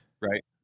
right